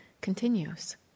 continues